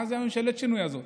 מה זה ממשלת השינוי הזאת?